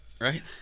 right